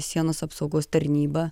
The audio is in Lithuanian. sienos apsaugos tarnyba